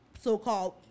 So-called